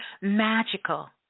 magical